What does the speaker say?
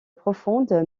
profonde